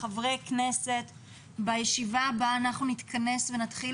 חברי כנסת ובישיבה הבאה אנחנו נתכנס ונתחיל